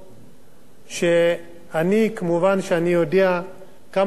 כמובן, אני יודע כמה זה חשוב שהפרנסה,